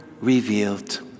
revealed